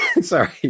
Sorry